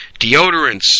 deodorants